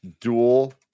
dual